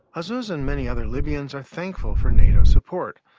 azzuz and many other libyans are thankful for nato support.